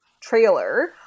trailer